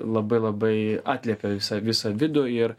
labai labai atliepia visą visą vidų ir